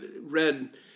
read